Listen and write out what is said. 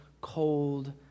cold